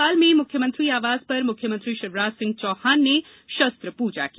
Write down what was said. भोपाल में मुख्यमंत्री आवास पर मुख्यमंत्री शिवराज सिंह चौहान ने शस्त्र पूजा की